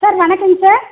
sir வணக்கங்க sir